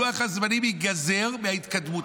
לוח הזמנים ייגזר מההתקדמות.